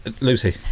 Lucy